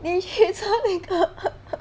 then she saw